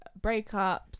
breakups